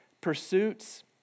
pursuits